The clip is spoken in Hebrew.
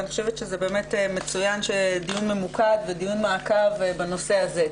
ואני חושבת שזה מצוין שזה דיון ממוקד ודיון מעקב בנושא הזה.